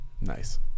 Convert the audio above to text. nice